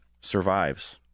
survives